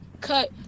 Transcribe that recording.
cut